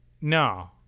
no